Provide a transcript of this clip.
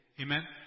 Amen